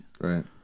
Right